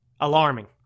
alarming